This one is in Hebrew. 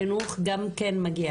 חינוך גם חשוב,